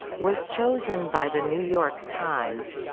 was chosen by the new york times